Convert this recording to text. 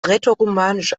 rätoromanisch